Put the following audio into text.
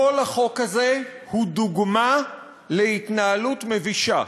כל החוק הזה הוא דוגמה להתנהלות מבישה.